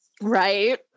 Right